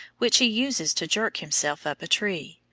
which he uses to jerk himself up a tree.